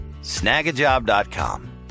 Snagajob.com